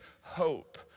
hope